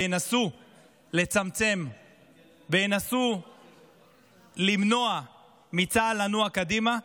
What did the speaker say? וינסו לצמצם וינסו למנוע מצה"ל לנוע קדימה.